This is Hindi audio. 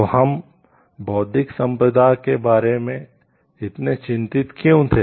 तो हम बौद्धिक संपदा के बारे में इतने चिंतित क्यों थे